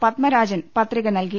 പത്മരാജൻ പത്രിക നൽകി